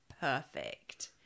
perfect